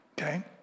okay